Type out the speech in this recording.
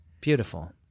Beautiful